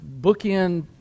bookend